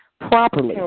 properly